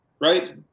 right